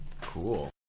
Cool